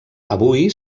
avui